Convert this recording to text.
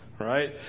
right